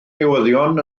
newyddion